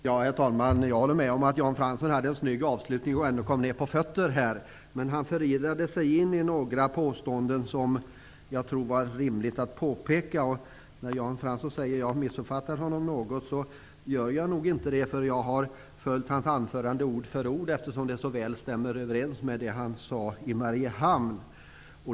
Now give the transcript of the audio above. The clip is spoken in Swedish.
Herr talman! Jag håller med om att Jan Fransson hade en snygg avslutning och ändå kom ned på fötter. Men han förirrade sig in i några påståenden som jag tror det är rimligt att påpeka. När Jan Fransson säger att jag har missupfattat honom något är det nog inte så. Jag har följt hans anförande ord för ord, eftersom det så väl stämmer överens med det han sade i Mariehamn.